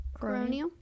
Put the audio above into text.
Coronial